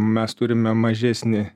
mes turime mažesnį